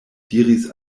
diris